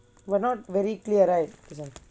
we're not very clear right